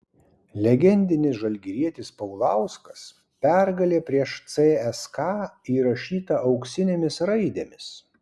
legendinis žalgirietis paulauskas pergalė prieš cska įrašyta auksinėmis raidėmis